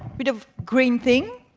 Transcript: bit of green thing,